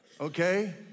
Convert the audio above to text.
Okay